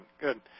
Good